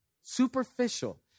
Superficial